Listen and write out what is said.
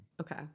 Okay